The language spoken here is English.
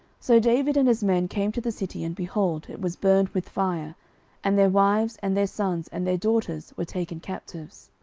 so david and his men came to the city, and, behold, it was burned with fire and their wives, and their sons, and their daughters, were taken captives.